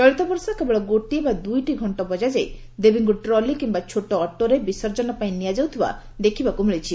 ଚଳିତବର୍ଷ କେବଳ ଗୋଟିଏ ବା ଦୁଇଟି ଘକ୍କ ବଜା ଯାଇ ଦେବୀଙ୍କୁ ଟ୍ରଲି କିମ୍ସା ଛୋଟ ଅଟୋରେ ବିସର୍ଜନ ପାଇଁ ନିଆଯାଉଥିବା ଦେଖିବାକୁ ମିଳିଛି